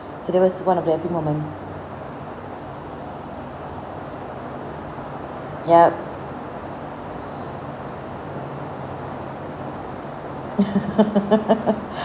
so that was one of the happy moment yup